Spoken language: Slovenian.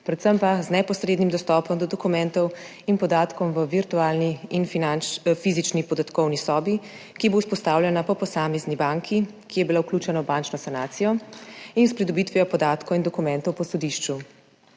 predvsem pa z neposrednim dostopom do dokumentov in podatkov v virtualni in fizični podatkovni sobi, ki bo vzpostavljena po posamezni banki, ki je bila vključena v bančno sanacijo, in s pridobitvijo podatkov in dokumentov na sodišču.